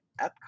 Epcot